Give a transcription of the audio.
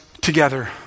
together